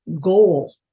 goal